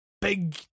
big